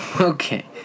Okay